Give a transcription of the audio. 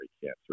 cancer